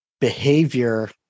behavior